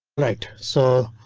right so?